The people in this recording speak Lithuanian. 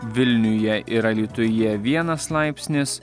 vilniuje ir alytuje vienas laipsnis